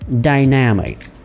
Dynamic